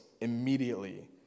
immediately